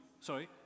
sorry